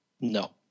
No